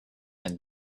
and